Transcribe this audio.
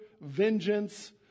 vengeance